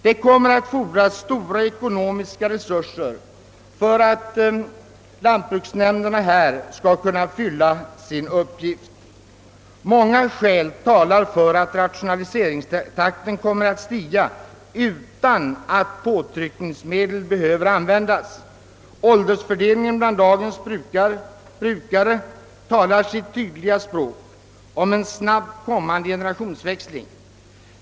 Det kommer att fordras stora ekonomiska resurser för att lantbruksnämnderna här skall kunna fylla sin uppgift. Många skäl talar för att rationaliseringstakten kommer att stiga utan att påtryckningsmedel behöver användas. Åldersfördelningen bland dagens brukare talar sitt tydliga språk om en snabbt kommande generationsväxling.